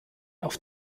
auf